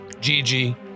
Gigi